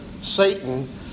satan